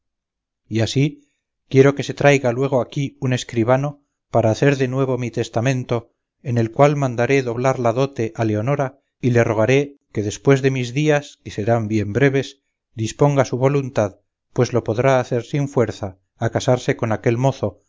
y así quiero que se traiga luego aquí un escribano para hacer de nuevo mi testamento en el cual mandaré doblar la dote a leonora y le rogaré que después de mis días que serán bien breves disponga su voluntad pues lo podrá hacer sin fuerza a casarse con aquel mozo